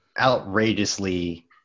outrageously